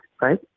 right